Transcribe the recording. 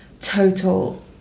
total